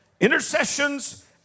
intercessions